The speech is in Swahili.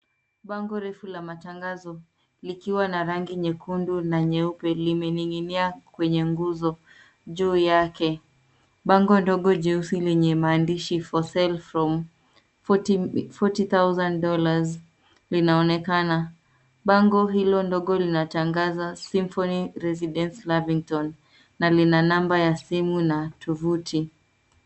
Bango refu la matangazo likiwa na rangi nyekundu na nyeupe limening'inia kwenye nguzo. Juu yake, bango ndogo lenye mandishi For sale from $40,000 linaonekana. Bango hilo ndogo linatangaza Symphony Residence, Lavington na lina namba ya simu na tovuti.